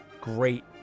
great